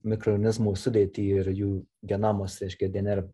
mikronizmų sudėtį ir jų genomus reiškia dnr